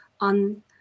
on